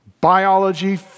Biology